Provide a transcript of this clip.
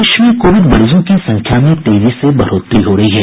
प्रदेश में कोविड मरीजों की संख्या में तेजी से बढ़ोतरी हो रही है